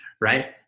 Right